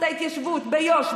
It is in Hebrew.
את ההתיישבות ביו"ש,